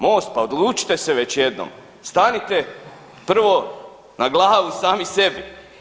Most, pa odlučite se već jednom, stanite prvo na glavu sami sebi.